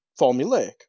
formulaic